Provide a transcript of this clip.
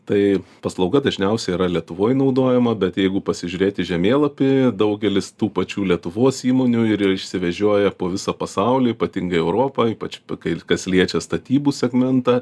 tai paslauga dažniausia yra lietuvoj naudojama bet jeigu pasižiūrėt į žemėlapį daugelis tų pačių lietuvos įmonių ir išsivežioja po visą pasaulį ypatingai europą ypač kai kas liečia statybų segmentą